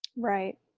right.